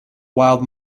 wild